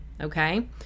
okay